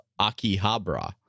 Akihabara